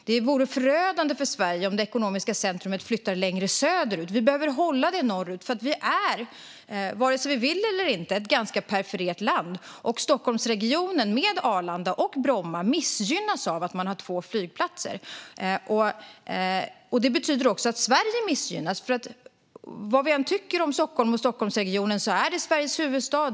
Det vore förödande för Sverige om det ekonomiska centrumet flyttade längre söderut. Vi behöver hålla kvar det i norr, för vi är, vare sig vi vill det eller inte, ett ganska perifert land. Stockholmsregionen, med Arlanda och Bromma, missgynnas av att man har två flygplatser. Det betyder att också Sverige missgynnas. Vad vi än tycker om Stockholmsregionen och Stockholm är det Sveriges huvudstad.